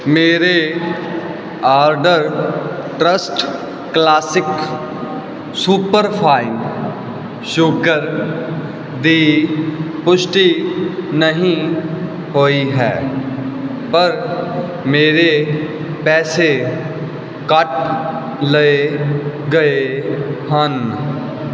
ਮੇਰੇ order Trust Classic superfine sugar ਦੀ ਪੁਸ਼ਟੀ ਨਹੀਂ ਹੋਈ ਹੈ ਪਰ ਮੇਰੇ ਪੈਸੇ ਕੱਟ ਲਏ ਗਏ ਹਨ